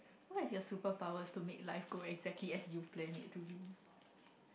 what if you have super powers to make life go as exactly as you plan it to be